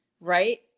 right